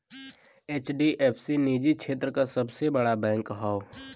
HDFC निजी क्षेत्र क सबसे बड़ा बैंक हौ